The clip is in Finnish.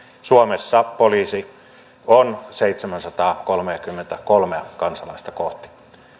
suomessa on seitsemääsataakolmeakymmentäkolmea kansalaista kohti